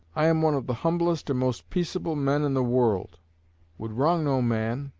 i am one of the humblest and most peaceable men in the world would wrong no man,